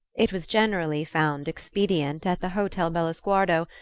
it was generally found expedient, at the hotel bellosguardo,